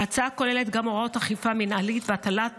ההצעה כוללת גם הוראות של אכיפה מינהלית והטלת